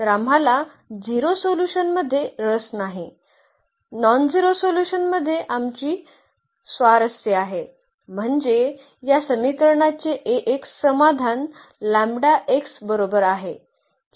तर आम्हाला 0 सोल्यूशनमध्ये रस नाही नॉनझेरो सोल्यूशनमध्ये आमची स्वारस्य आहे म्हणजे या समीकरणाचे Ax समाधान लॅम्बडा x बरोबर आहे